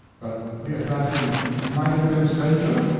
but the assassin might have been a stranger?